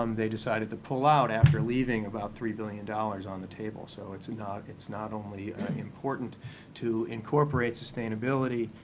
um they decided to pull out after leaving about three billion dollars on the table. so it's and not it's not only important to incorporate sustainability,